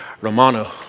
Romano